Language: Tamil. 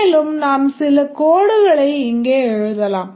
மேலும் நாம் சில codeடுகளை இங்கே எழுதலாம்